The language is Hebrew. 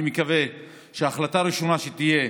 אני מקווה שההחלטה הראשונה שתהיה